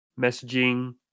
messaging